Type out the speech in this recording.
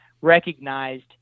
recognized